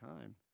time